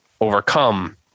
overcome